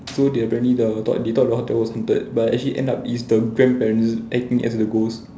so they apparently the they thought the hotel was haunted but actually end up it's the grandparents acting as the ghost